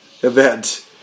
event